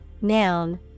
noun